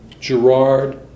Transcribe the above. Gerard